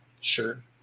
Sure